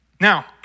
Now